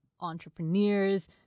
entrepreneurs